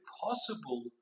possible